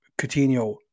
Coutinho